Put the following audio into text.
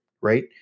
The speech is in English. right